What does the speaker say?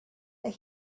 that